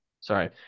sorry